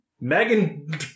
megan